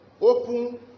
Open